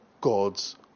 God's